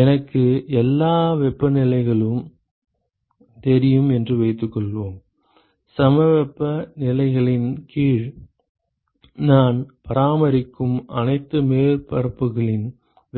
எனக்கு எல்லா வெப்பநிலைகளும் தெரியும் என்று வைத்துக்கொள்வோம் சமவெப்ப நிலைகளின் கீழ் நான் பராமரிக்கும் அனைத்து மேற்பரப்புகளின்